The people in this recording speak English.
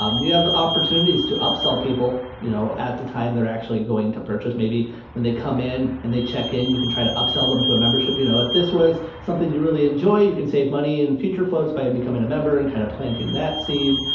um you have opportunities to upsell people, you know, at that time they're actually going to purchase. maybe when they come in and they check in you can try to upsell them to a membership, you know, if this was something you really enjoy, you can save money in future floats by becoming a member and kinda kind of planting that seed.